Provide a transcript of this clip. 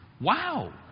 Wow